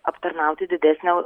aptarnauti didesnę